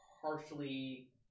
partially